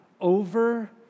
over